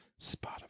Spotify